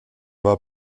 war